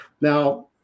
now